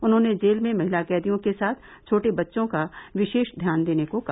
उन्होंने जेल में महिला कैदियों के साथ छोटे बच्चों का विशेष ध्यान देने को कहा